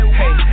hey